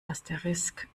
asterisk